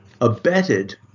abetted